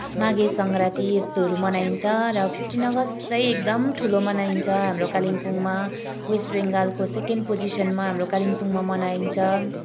माघे सङ्क्रान्ति यस्तोहरू मनाइन्छ र फिफ्टिन अगस्त चाहिँ एकदम ठुलो मनाइन्छ हाम्रो कालिम्पोङमा वेस्ट बङ्गालको सेकेन्ड पोजिसनमा हाम्रो कालिम्पोङमा मनाइन्छ